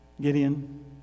Gideon